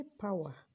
power